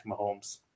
Mahomes